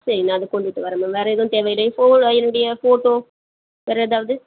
சரி நான் அதை கொண்டுகிட்டு வரேன் மேம் வேறு எதுவும் தேவையில்லையே ஃபோ என்னுடைய ஃபோட்டோ வேறு ஏதாவது